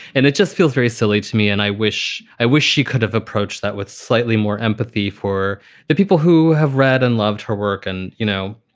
and it just feels very silly to me and i wish i wish she could have approached that with slightly more empathy for the people who have read and loved her work. and, you know,